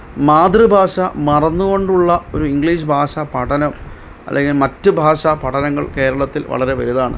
മാതൃഭാഷ മറന്നുകൊണ്ടുള്ള ഒരു ഇംഗ്ലീഷ് ഭാഷ പഠനം അല്ലെങ്കില് മറ്റു ഭാഷാ പഠനങ്ങള് കേരളത്തില് വളരെ വലുതാണ്